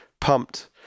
pumped